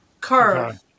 curve